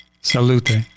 Salute